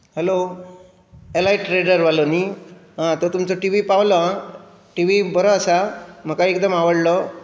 hello एलआय trader वालो न्ही तो तुमचो टिवी पावलो आ टीवी बरो आसा म्हाका एकदम आवडलो